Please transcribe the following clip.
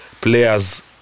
players